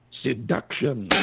Seduction